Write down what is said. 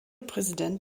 präsident